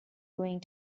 going